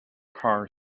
car